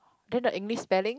then the English spelling